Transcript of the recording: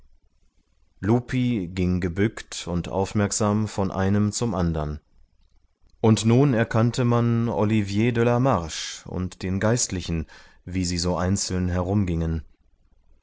lupi ging gebückt und aufmerksam von einem zum andern und nun erkannte man olivier de la marche und den geistlichen wie sie so einzeln herumgingen